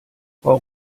frau